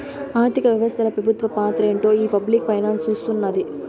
ఆర్థిక వ్యవస్తల పెబుత్వ పాత్రేంటో ఈ పబ్లిక్ ఫైనాన్స్ సూస్తున్నాది